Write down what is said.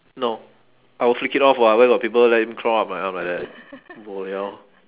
no I will flick it off [what] where got people let it crawl up my arm like that bo liao